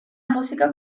música